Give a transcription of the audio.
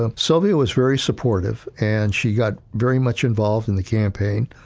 ah sylvia was very supportive. and she got very much involved in the campaign,